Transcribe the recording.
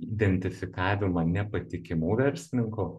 identifikavimą nepatikimų verslininkų